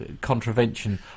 contravention